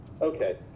Okay